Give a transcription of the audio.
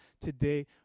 today